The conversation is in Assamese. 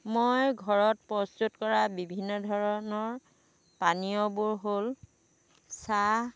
মই ঘৰত প্ৰস্তুত কৰা বিভিন্ন ধৰণৰ পানীয়বোৰ হ'ল চাহ